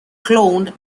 cloned